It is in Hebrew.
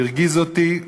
הוא הרגיז אותי,